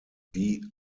die